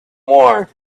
more